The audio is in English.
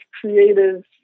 creative